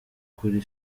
kuri